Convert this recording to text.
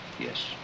Yes